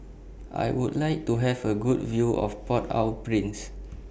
I Would like to Have A Good View of Port Au Prince